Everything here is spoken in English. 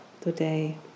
today